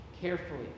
carefully